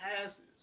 passes